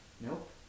Nope